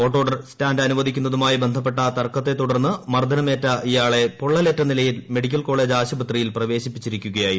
auto stand അനുവദിക്കുന്നതുമായി ബന്ധപ്പെട്ട തർക്കത്തെ തുടർന്ന് മർദനമേറ്റ ഇയാളെ പൊള്ളലേറ്റ നിലയിൽ മെഡിക്കൽ കോളെജ് ആശുപത്രിയിൽ പ്രവേശിപ്പിച്ചിരിക്കുകയായിരുന്നു